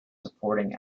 supporting